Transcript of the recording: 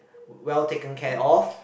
well taken care of